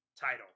title